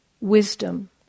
wisdom